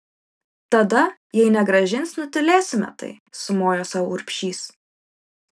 tada jei negrąžins nutylėsime tai sumojo sau urbšys